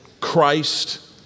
Christ